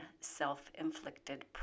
self-inflicted